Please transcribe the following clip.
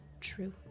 True